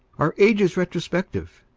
our age is retrospective.